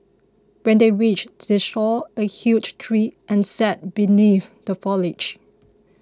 when they reached they saw a huge tree and sat beneath the foliage